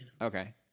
Okay